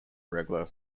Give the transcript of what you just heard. regular